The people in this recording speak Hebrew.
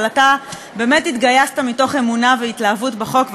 אבל אתה באמת התגייסת מתוך אמונה והתלהבות בחוק,